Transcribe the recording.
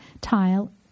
Tile